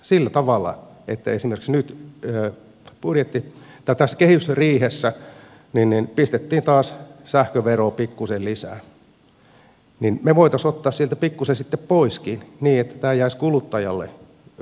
sillä tavalla että kun esimerkiksi nyt tässä kehysriihessä pistettiin taas sähköveroon pikkuisen lisää niin me voisimme ottaa sieltä pikkuisen sitten poiskin niin että tämä jäisi kuluttajalle kuitenkin neutraaliksi